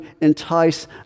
entice